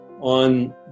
on